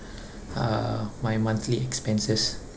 uh my monthly expenses